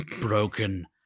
broken